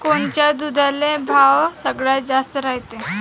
कोनच्या दुधाले भाव सगळ्यात जास्त रायते?